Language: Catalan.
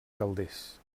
calders